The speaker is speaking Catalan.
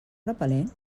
repel·lent